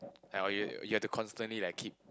yeah you you have to constantly like keep